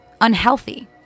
unhealthy